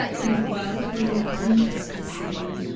and the world will move on just the same.